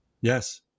Yes